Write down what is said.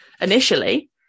initially